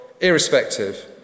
irrespective